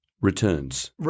returns